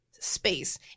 Space